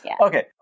Okay